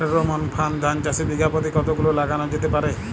Pheromone ফাঁদ ধান চাষে বিঘা পতি কতগুলো লাগানো যেতে পারে?